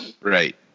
Right